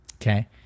Okay